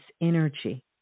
energy